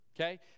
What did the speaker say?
okay